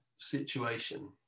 situation